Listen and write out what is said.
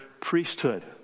priesthood